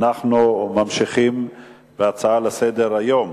אנחנו ממשיכים בהצעות לסדר-היום: